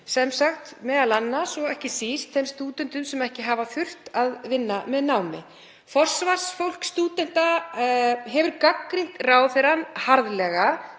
sem sagt ekki síst þeim stúdentum sem ekki hafa þurft að vinna með námi. Forsvarsfólk stúdenta hefur gagnrýnt ráðherrann harðlega